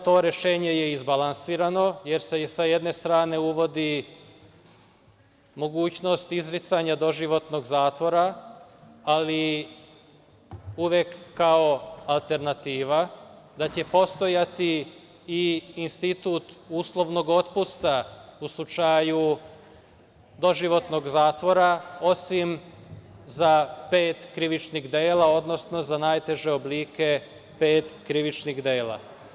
To rešenje je izbalansirano, jer se i sa jedne strane uvodi mogućnosti izricanja doživotnog zatvora, ali uvek kao alternativa da će postojati i institut uslovnog otpusta u slučaju doživotnog zatvora osim za pet krivičnih dela, odnosno za najteže oblike pet krivičnih dela.